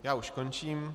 Já už končím.